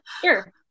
Sure